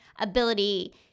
ability